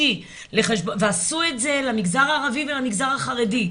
האישי, ועשו את זה למגזר הערבי ולמגזר החרדי.